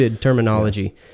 terminology